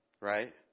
Right